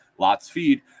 lotsfeed